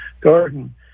garden